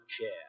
chair